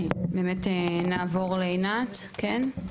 באמת נעבור לעינת, כן.